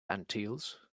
antilles